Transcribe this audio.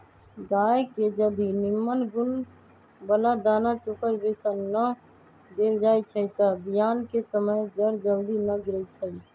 गाय के जदी निम्मन गुण बला दना चोकर बेसन न देल जाइ छइ तऽ बियान कें समय जर जल्दी न गिरइ छइ